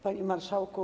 Panie Marszałku!